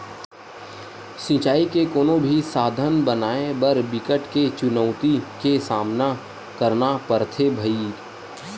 सिचई के कोनो भी साधन बनाए बर बिकट के चुनउती के सामना करना परथे भइर